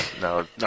No